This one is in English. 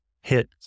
hit